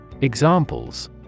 Examples